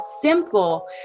simple